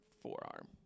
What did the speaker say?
Forearm